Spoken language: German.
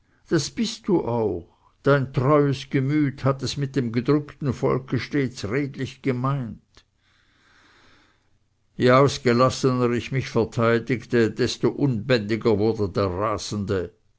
das bist du auch dein treues gemüt hat es mit dem gedrückten volke stets redlich gemeint je gelassener ich mich verteidigte desto unbändiger wurde der rasende